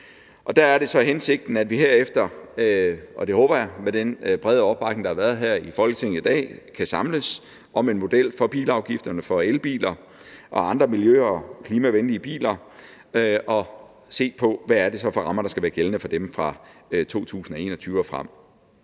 Og der er det så hensigten, at vi herefter – og det håber jeg med den brede opbakning, der har været her i Folketinget i dag – kan samles om en model for bilafgifterne for elbiler og andre miljø- og klimavenlige biler og se på, hvad det er for rammer, der skal være gældende for dem fra 2021 og frem.